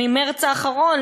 במרס האחרון,